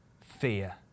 fear